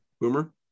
Boomer